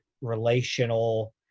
relational